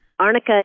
Arnica